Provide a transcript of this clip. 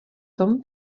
tom